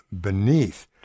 beneath